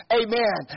amen